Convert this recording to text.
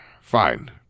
Fine